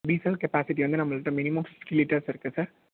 diesel capacity வந்து நம்மள்ட minimum fifty litres இருக்குது சார்